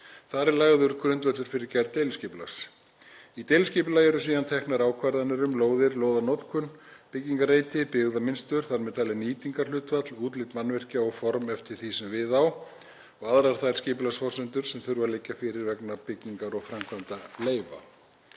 Þar er lagður grundvöllur fyrir gerð deiliskipulags. Í deiliskipulagi eru síðan teknar ákvarðanir um lóðir, lóðanotkun, byggingarreiti, byggðamynstur, þar með talið nýtingarhlutfall, útlit mannvirkja og form eftir því sem við á, og aðrar þær skipulagsforsendur sem þurfa að liggja fyrir vegna byggingar- og framkvæmdaleyfa.